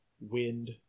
wind